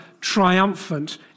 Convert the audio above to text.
triumphant